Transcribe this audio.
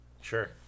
Sure